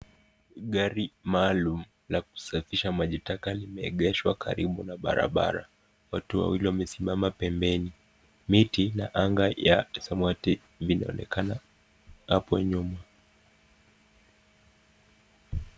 Gari maalum ya kusafisha majitaka limeegeshwa karibu na barabara, watu wawili wamesimama pembeni. Miti na anga ya samawati vinaoneka hapo nyuma.